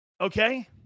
Okay